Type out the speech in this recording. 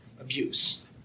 abuse